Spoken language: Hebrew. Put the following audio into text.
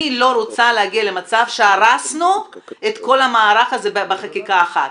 אני לא רוצה להגיע למצב שהרסנו את כל המערך הזה בחקיקה אחת,